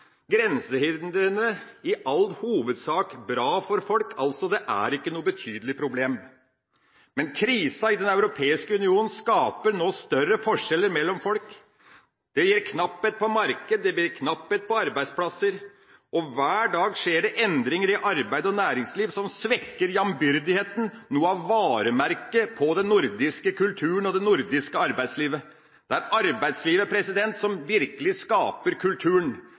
grensehindrene i all hovedsak bra for folk, det er ikke noe betydelig problem. Men krisa i Den europeiske union skaper nå større forskjeller mellom folk. Det blir knapphet på markeder, det blir knapphet på arbeidsplasser, og hver dag skjer det endringer i arbeids- og næringsliv som svekker jambyrdigheten – noe av varemerket til den nordiske kulturen og det nordiske arbeidslivet. Det er arbeidslivet som virkelig skaper kulturen.